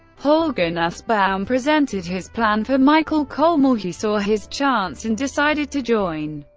holger nussbaum presented his plan for michael kolmel, who saw his chance and decided to join.